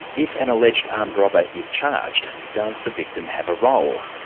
if an alleged armed robber is charged, does the victim have a role?